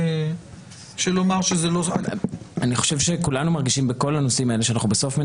כולנו מרגישים בנושאים האלה שבסוף אנחנו